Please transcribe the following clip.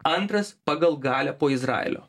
antras pagal galią po izraelio